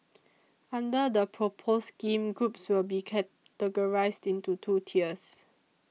under the proposed scheme groups will be categorised into two tiers